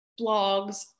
blogs